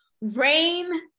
rain